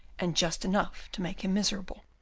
and just enough to make him miserable.